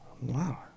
Wow